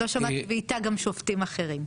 לא שמעתי ואיתה גם שופטים אחרים.